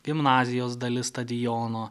gimnazijos dalis stadiono